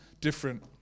different